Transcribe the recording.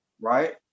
right